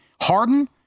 Harden